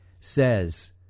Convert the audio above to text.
says